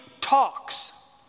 talks